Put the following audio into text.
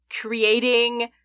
creating